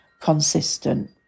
consistent